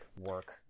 work